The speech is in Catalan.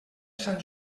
sant